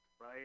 right